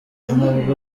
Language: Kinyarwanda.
anavuga